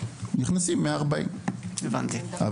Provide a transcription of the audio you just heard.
נכנסים 140. הבנתי.